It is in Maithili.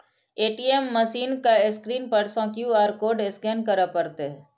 ए.टी.एम मशीन के स्क्रीन पर सं क्यू.आर कोड स्कैन करय पड़तै